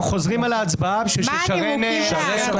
אנחנו חוזרים על ההצבעה בשביל ששרן תוכל